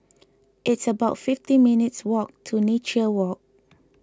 it's about fifty minutes' walk to Nature Walk